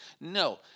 No